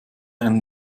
einen